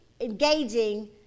engaging